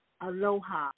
Aloha